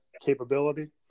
capability